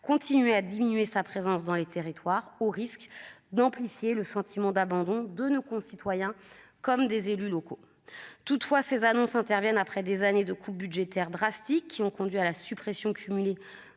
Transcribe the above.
continuer à diminuer sa présence dans les territoires, au risque d'amplifier le sentiment d'abandon de nos concitoyens comme des élus locaux toutefois ces annonces interviennent après des années de coupes budgétaires drastiques qui ont conduit à la suppression cumulée